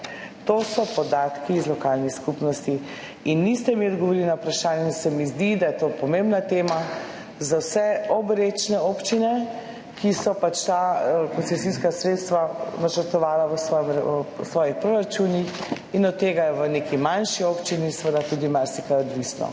To so podatki iz lokalnih skupnosti in niste mi odgovorili na vprašanje. Se mi zdi, da je to pomembna tema za vse obrečne občine, ki so pač ta koncesijska sredstva načrtovale v svojih proračunih. Od tega je v neki manjši občini seveda tudi marsikaj odvisno,